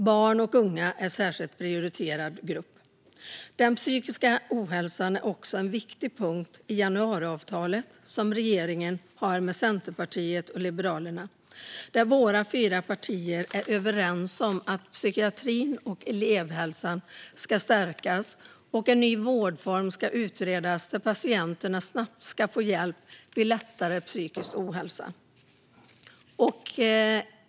Barn och unga är en särskilt prioriterad grupp. Den psykiska ohälsan är också en viktig punkt i januariavtalet, som regeringen har kommit överens om med Centerpartiet och Liberalerna, där våra fyra partier är överens om att psykiatrin och elevhälsan ska stärkas och en ny vårdform ska utredas där patienterna snabbt ska få hjälp vid lättare psykisk ohälsa.